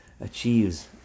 achieves